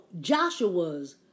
Joshua's